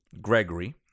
Gregory